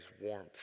warmth